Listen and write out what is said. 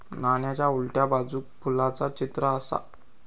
नाण्याच्या उलट्या बाजूक फुलाचा चित्र आसा